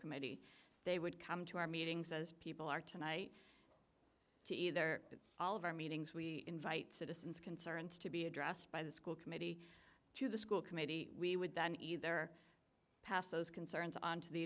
committee they would come to our meetings as people are tonight to either all of our meetings we invite citizens concerns to be addressed by the school committee to the school committee we would then either pass those concerns on to the